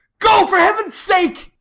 go, for heaven's sake!